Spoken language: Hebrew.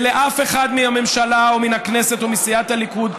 ולאף אחד מהממשלה או מן הכנסת או מסיעת הליכוד,